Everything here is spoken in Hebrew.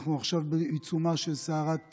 אנחנו עכשיו בעיצומה של סערת כרמל.